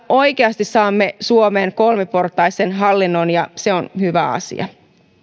oikeasti saamme suomeen kolmiportaisen hallinnon ja se on hyvä asia